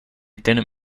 didn’t